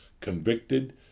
convicted